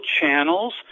channels